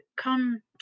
come